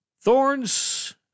Thorns